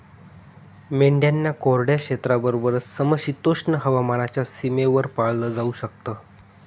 मेंढ्यांना कोरड्या क्षेत्राबरोबरच, समशीतोष्ण हवामानाच्या सीमेवर पाळलं जाऊ शकत